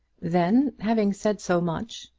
then, having said so much,